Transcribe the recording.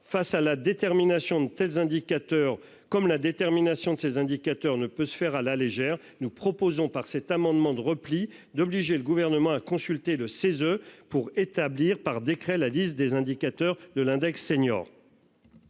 face à la détermination de tels indicateurs comme la détermination de ces indicateurs ne peut se faire à la légère. Nous proposons par cet amendement de repli d'obliger le gouvernement à consulter le 16 pour établir par décret l'A10 des indicateurs de l'index senior.